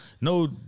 no